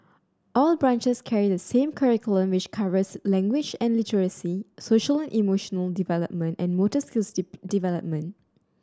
all branches carry the same curriculum which covers language and literacy social and emotional development and motor skills development